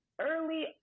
early